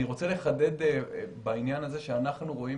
אני רוצה לחדד בעניין הזה שאנחנו רואים